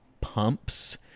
pumps